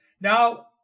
Now